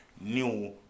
new